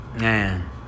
man